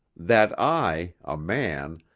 that i, a man,